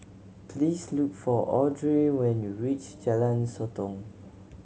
please look for Audrey when you reach Jalan Sotong